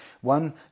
One